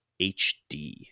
HD